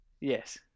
Yes